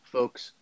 Folks